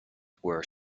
were